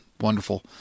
Wonderful